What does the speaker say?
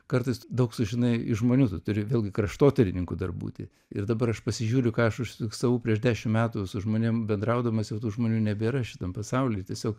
kartais daug sužinai iš žmonių tu turi vėlgi kraštotyrininku dar būti ir dabar aš pasižiūriu ką aš užsifiksavau prieš dešim metų su žmonėm bendraudamas jau tų žmonių nebėra šitam pasauly tiesiog